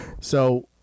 So-